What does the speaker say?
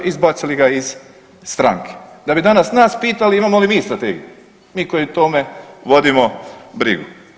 Izbacili ga iz stranke, da bi danas nas pitali imamo li mi strategiju, mi koji o tome vodimo brigu.